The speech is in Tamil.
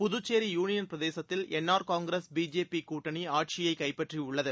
புதுச்சேரி யூனியன் பிரதேசத்தில் என்ஆர் காங்கிரஸ் பிஜேபி கூட்டணி ஆட்சியை கைப்பற்றியுள்ளது